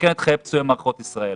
מסכן את חיי פצועי מערכות ישראל.